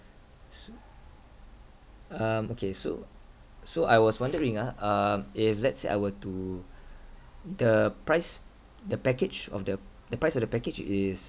so um okay so so I was wondering ah um if let's say I were to the price the package of the the price of the package is